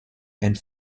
and